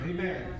Amen